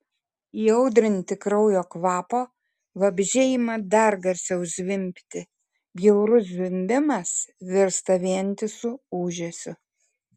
įaudrinti kraujo kvapo vabzdžiai ima dar garsiau zvimbti bjaurus zvimbimas virsta vientisu ūžesiu